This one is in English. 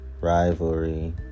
rivalry